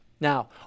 Now